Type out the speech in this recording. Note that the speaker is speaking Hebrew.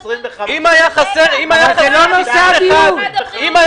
זה לא נושא הדיון.